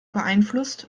beeinflusst